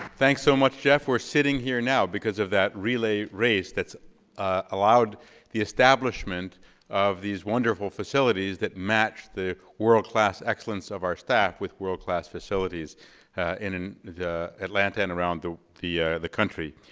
thanks so much jeff, we're sitting here now because of that relay race that's allowed the establishment of these wonderful facilities that match the world-class excellence of our staff with world-class facilities in the atlanta and around the the country.